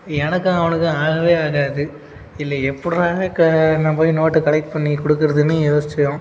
எனக்கும் அவனுக்கும் ஆகவே ஆகாது இதில் எப்பட்ரா க நான் போய் நோட்டை கலெக்ட் பண்ணி கொடுக்கறதுனு யோசித்தோம்